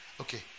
Okay